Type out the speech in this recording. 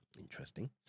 interesting